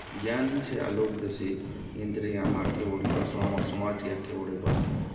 ଜ୍ଞାନ୍ ହିଁ ସେ ଆଲୋକ୍ ଦେସି ଯେନ୍ତିରେକି ଆମ ଆଗ୍କେ ବଢ଼ି ପାର୍ସୁଁ ଆମର୍ ସମାଜ୍କେ ଆଗ୍କେ ବଢ଼େଇ ପାର୍ସୁଁ